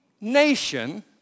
nation